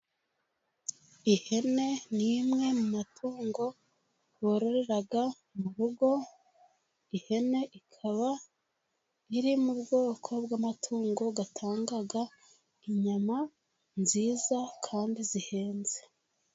Ihene ni rimwe mu ma tungo bororera mu rugo . Ihene ikaba iri mu bwoko bw'amatungo atanga inyama nziza kandi zihenze.